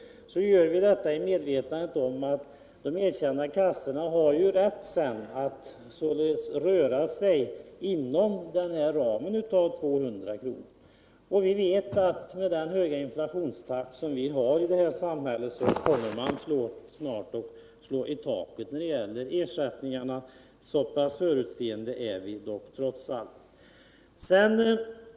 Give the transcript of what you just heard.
så gör vi detta i medvetande om att de erkända kassorna sedan har rätt att röra sig inom ramen av 200 kr. Vi vet att med den höga inflationstakt vi har kommer man snart att slå i taket när det gäller ersättningarna — så pass förutseende är vi dock trots allt.